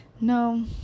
no